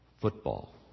Football